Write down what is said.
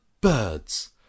Birds